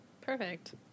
perfect